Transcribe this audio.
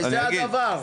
זה הדבר.